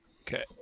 Okay